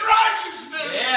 righteousness